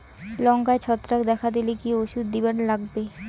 লঙ্কায় ছত্রাক দেখা দিলে কি ওষুধ দিবার লাগবে?